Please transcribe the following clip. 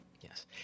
Yes